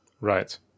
Right